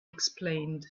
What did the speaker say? explained